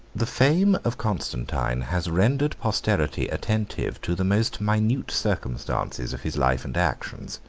the fame of constantine has rendered posterity attentive to the most minute circumstances of his life and actions.